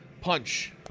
Punch